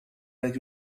der